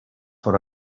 for